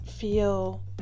feel